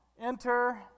enter